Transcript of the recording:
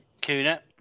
Kuna